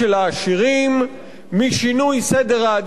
משינוי סדר העדיפויות הלאומי,